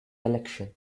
election